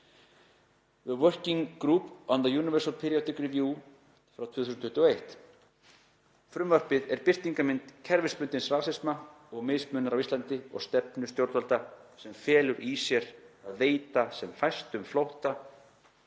The Working Group on the Universal Periodic Review, 2021). Frumvarpið er birtingarmynd kerfisbundins rasisma og mismununar á Íslandi og stefnu stjórnvalda sem felur í sér að veita sem fæstum á flótta